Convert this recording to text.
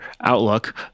outlook